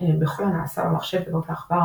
בכל הנעשה במחשב בעזרת העכבר,